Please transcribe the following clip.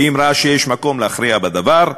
ואם ראה שיש מקום להכריע בדבר,